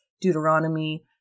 Deuteronomy